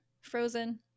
frozen